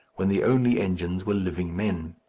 when the only engines were living men.